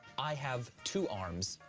i have two arms,